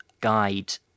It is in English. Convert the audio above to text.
guide